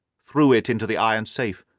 threw it into the iron safe,